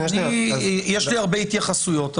יש לי הרבה התייחסויות,